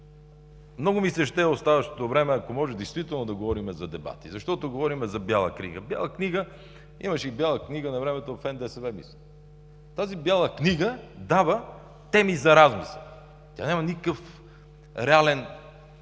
Много ми се ще оставащото време, ако може действително да говорим за дебати, защото говорим за Бяла книга. Имаше и Бяла книга навремето в НДСВ, мисля. Тази Бяла книга дава теми за размисъл. Тя няма никакъв реален